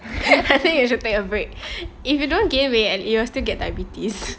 I think you should take a break if you don't gain weight and you will still get diabetes